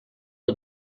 una